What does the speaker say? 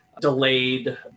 delayed